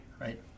right